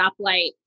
stoplight